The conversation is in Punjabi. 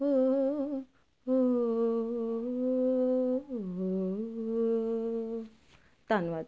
ਧੰਨਵਾਦ